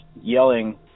yelling